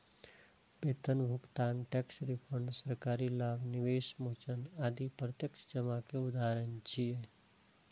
वेतन भुगतान, tax refund, सरकारी लाभ, निवेश मोचन आदि प्रत्यक्ष जमा के उदाहरण छियै